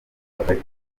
hagati